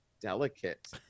delicate